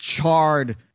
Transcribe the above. charred